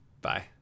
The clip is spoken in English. bye